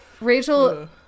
Rachel